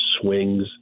swings